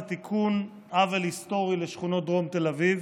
זה תיקון עוול היסטורי לשכונות דרום תל אביב: